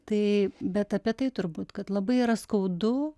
tai bet apie tai turbūt kad labai yra skaudu